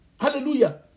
Hallelujah